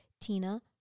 Tina